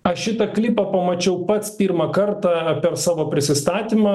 aš šitą klipą pamačiau pats pirmą kartą per savo prisistatymą